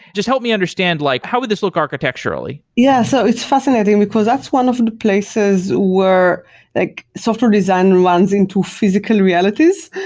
just help me understand, like how would this look architecturally? yeah, so it's fascinating, because that's one of the places where like software design runs into physical realities.